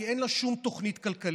כי אין לה שום תוכנית כלכלית.